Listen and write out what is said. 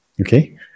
Okay